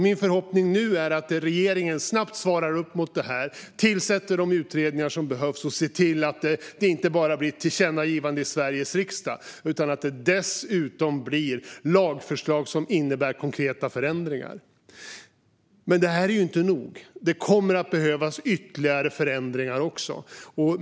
Min förhoppning nu är att regeringen snabbt svarar upp mot detta, tillsätter de utredningar som behövs och ser till att det inte bara blir ett tillkännagivande i Sveriges riksdag utan att det dessutom blir lagförslag som innebär konkreta förändringar. Detta är dock inte nog. Det kommer att behövas ytterligare förändringar.